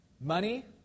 Money